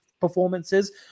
performances